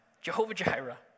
Jehovah-Jireh